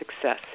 success